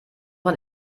man